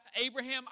Abraham